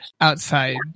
outside